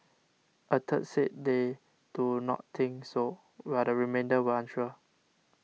a third said they do not think so while the remainder were unsure